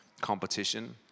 competition